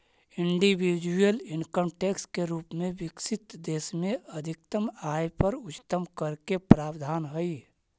individual income tax के रूप में विकसित देश में अधिकतम आय पर उच्चतम कर के प्रावधान हई